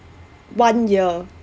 one year